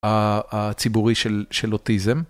ה, הציבורי של, של אוטיזם.